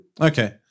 Okay